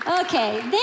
Okay